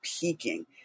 peaking